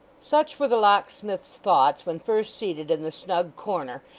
such were the locksmith's thoughts when first seated in the snug corner,